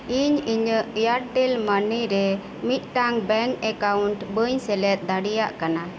ᱤᱧ ᱤᱧᱟᱹᱜ ᱮᱭᱟᱨᱴᱮᱞ ᱢᱟᱱᱤᱨᱮ ᱢᱤᱫᱴᱟᱝ ᱵᱮᱝᱠ ᱮᱠᱟᱣᱩᱴ ᱵᱟᱹᱧ ᱥᱮᱞᱮᱫ ᱫᱟᱲᱮᱭᱟᱜ ᱠᱟᱱᱟ